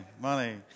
money